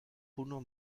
puno